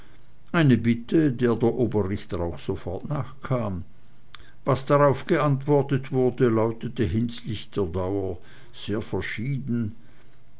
eine bitte der der oberrichter auch so fort nachkam was darauf geantwortet wurde lautete hinsichtlich der dauer sehr verschieden